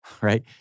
right